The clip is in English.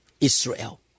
Israel